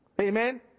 amen